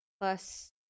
plus